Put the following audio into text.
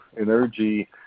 energy